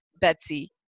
Betsy